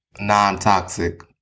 non-toxic